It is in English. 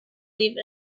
leave